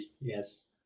Yes